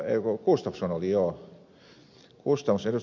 gustafsson oli joo ed